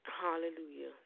hallelujah